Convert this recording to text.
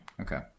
Okay